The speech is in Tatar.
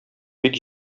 бик